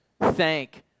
thank